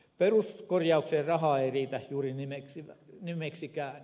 peruskorjaukseen rahaa ei riitä juuri nimeksikään